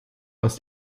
dass